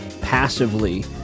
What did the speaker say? passively